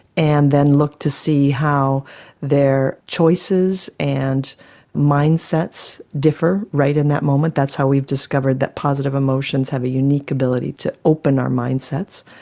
and then look to see how their choices and mindsets differ right in that moment. that's how we've discovered that positive emotions have a unique ability to open our mindsets.